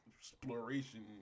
Exploration